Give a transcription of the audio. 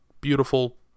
beautiful